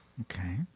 Okay